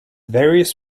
various